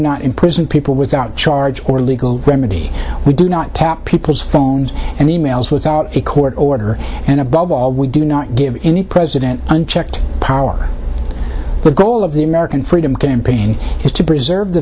not imprison people without charge or legal remedy we do not tap people's phones and e mails without a court order and above all we do not give any president unchecked power the goal of the american freedom campaign is to preserve the